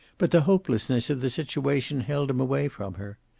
but the hopelessness of the situation held him away from her.